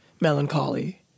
melancholy